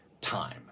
time